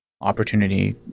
opportunity